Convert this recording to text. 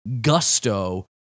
gusto